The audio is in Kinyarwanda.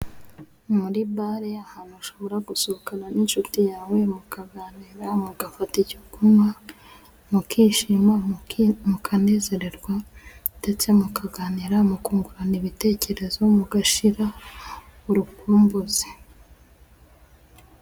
Muri bare, ahantu ushobora gusohokana n'inshuti yawe mukaganira, mugafata icyo kunywa, mukishima, mukanezererwa ndetse mukaganira, mukungurana ibitekerezo, mugashira urukumbuzi.